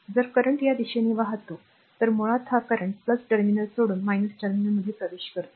जरcurrent या दिशेने वाहतो तर मुळात हा current टर्मिनल सोडून टर्मिनलमध्ये प्रवेश करतो